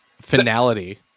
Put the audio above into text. finality